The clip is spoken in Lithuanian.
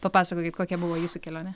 papasakokit kokia buvo jūsų kelionė